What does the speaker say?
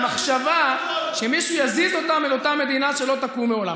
מהמחשבה ------- שמישהו יזיז אותם אל אותה מדינה שלא תקום לעולם.